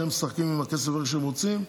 שהם משחקים עם הכסף איך שהם רוצים.